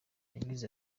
yagize